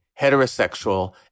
heterosexual